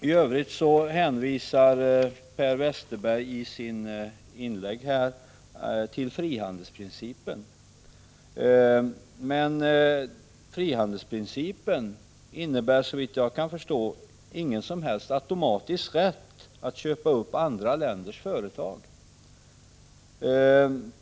I övrigt hänvisar Per Westerberg i sitt inlägg till frihandelsprincipen. Den innebär, såvitt jag förstår, ingen som helst automatisk rätt att köpa upp andra länders företag.